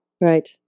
Right